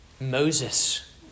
Moses